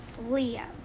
leo